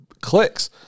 clicks